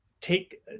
take